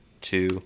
two